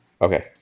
Okay